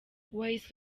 wahise